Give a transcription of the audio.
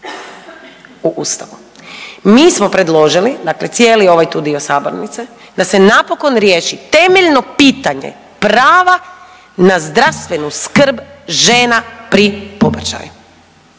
u ustavu. Mi smo predložili, dakle cijeli ovaj tu dio sabornice, da se napokon riješi temeljno pitanje prava na zdravstvenu skrb žena pri pobačaju,